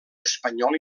espanyol